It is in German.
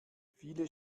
viele